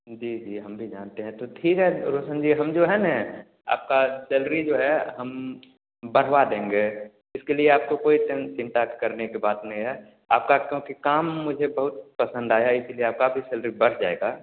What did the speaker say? जी जी हम भी जानते हैं तो ठीक है रोशन जी हम जो हैं ना आपका सैलरी जो है हम बढ़वा देंगे इसके लिए आपको कोई टेन चिंता करने की बात नहीं है आपका क्योंकि काम मुझे बहुत पसंद आया इसलिए आपकी भी सैलरी बढ़ जाएगी